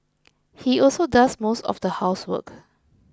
he also does most of the housework